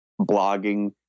blogging